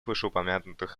вышеупомянутых